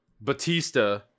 Batista